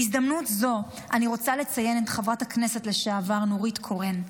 בהזדמנות זו אני רוצה לציין את חברת הכנסת לשעבר נורית קורן,